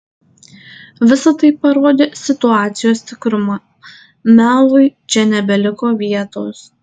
visa tai parodė situacijos tikrumą melui čia nebeliko vietos